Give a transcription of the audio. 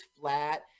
flat